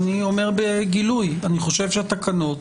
ואני אומר בגילוי, אני חושב שהתקנות